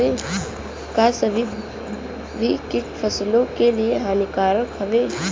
का सभी कीट फसलों के लिए हानिकारक हवें?